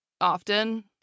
often